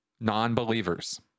non-believers